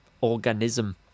organism